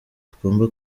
tugomba